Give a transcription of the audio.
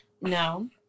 No